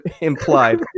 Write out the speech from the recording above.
implied